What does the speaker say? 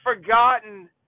forgotten